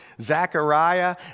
Zechariah